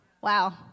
Wow